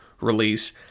release